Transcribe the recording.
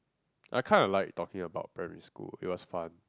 I kind of like talking about primary school it was fun